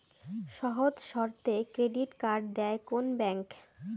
সহজ শর্তে credit card দেয় কোন ব্যাংক?